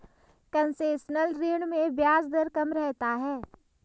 concessional ऋण में ब्याज दर कम रहता है